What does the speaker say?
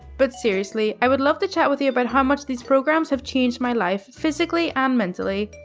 but seriously, i would love to chat with you about how much these programs have changed my life, physically and mentally.